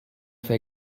fer